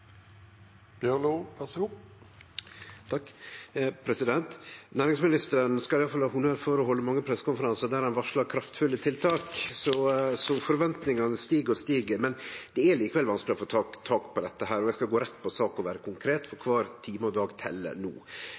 Næringsministeren skal i alle fall ha honnør for å halde mange pressekonferansar der han varslar kraftfulle tiltak, så forventningane stig og stig. Det er likevel vanskeleg å få tak på dette, og eg skal gå rett på sak og vere konkret, for kvar time og dag tel no.